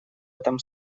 этом